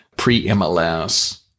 pre-MLS